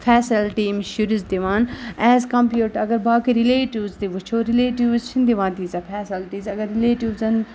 facility أمِس شُرِس دِوان ایز کَمپیڈ ٹُو اگر باقٕے رِلیٹِوٕز تہِ وٕچھو رِلیٹِوٕز چھِنہٕ دِوان تیٖژاہ فیسَلٹیٖز اگر رِلیٹِوزَن